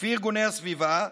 לפי ארגוני הסביבה,